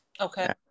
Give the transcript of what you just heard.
Okay